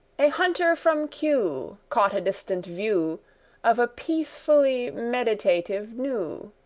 a hunter from kew caught a distant view of a peacefully meditative gnu,